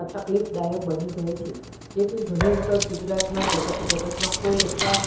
તકલીફદાયક બની જાય છે તેથી ઘણી વખત ગુજરાતમાં જગ જગતના કોઈ